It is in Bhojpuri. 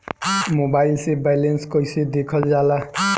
मोबाइल से बैलेंस कइसे देखल जाला?